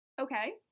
Okay